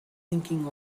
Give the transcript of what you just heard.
thinking